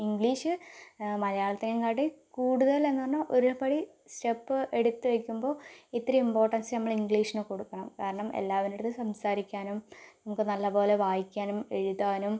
ഇംഗ്ലീഷിൽ മലയാളത്തിനേയും കാട്ടി കൂടുതൽ എന്ന് പറഞ്ഞാൽ ഒരു പടി സ്റ്റെപ്പ് എടുത്തു വയ്ക്കുമ്പോൾ ഇത്തിരി ഇംപോർട്ടൻസ് നമ്മള് ഇംഗ്ലീഷിന് കൊടുക്കണം കാരണം എല്ലാവരുടെ അടുത്ത് സംസാരിക്കാനും ഇപ്പോൾ നല്ല പോലെ വായിക്കാനും എഴുതാനും